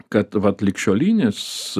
kad vat ligšiolinis